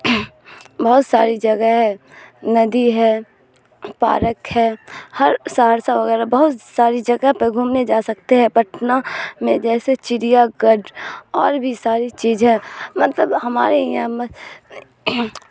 بہت ساری جگہ ہے ندی ہے پارک ہے ہر سہرسہ وغیرہ بہت ساری جگہ پہ گھومنے جا سکتے ہے پٹنہ میں جیسے چڑیا گھر اور بھی ساری چیز ہے مطلب ہمارے یہاں